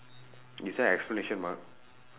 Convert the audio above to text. is there exclamation mark